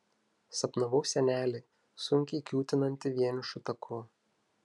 sapnavau senelį sunkiai kiūtinantį vienišu taku